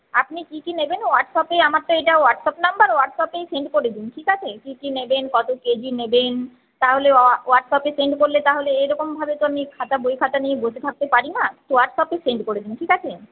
আপনি কী কী নেবেন হোয়াটসঅ্যাপে আমার তো এটা হোয়াটসঅ্যাপ নম্বর হোয়াটসঅ্যাপে সেন্ড করে দিন ঠিক আছে কী কী নেবনে কত কেজি নেবেন তাহলে হোয়াটসঅ্যাপে সেন্ড করলে তাহলে এইরমকভাবে তো আমি খাতা বই খাতা নিয়ে বসে থাকতে পারি না হোয়াটসঅ্যাপে সেন্ড করে দিন ঠিক আছে